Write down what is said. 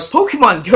Pokemon